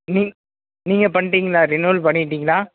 நீ நீங்கள் பண்ணிட்டீங்களா ரினீவல் பண்ணிட்டீங்களா